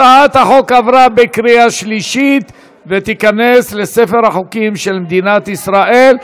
הצעת החוק עברה בקריאה שלישית ותיכנס לספר החוקים של מדינת ישראל.